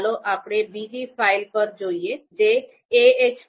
ચાલો આપણે બીજી ફાઇલ પર જઈએ જે ahp2